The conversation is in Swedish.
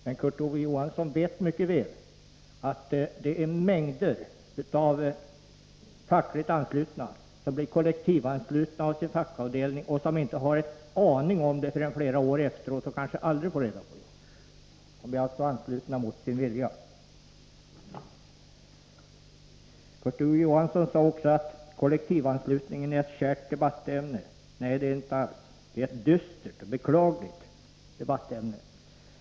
Men Kurt Ove Johansson vet mycket väl att det är många fackligt anslutna som blir kollektivanslutna av sin fackavdelning och som inte har en aning om det förrän flera år efteråt, de kanske aldrig får reda på det. De blir alltså anslutna mot sin vilja. Kollektivanslutningen är ett kärt debattämne, sade Kurt Ove Johansson. Nej, det är det inte alls. Det är ett dystert och beklagligt debattämne.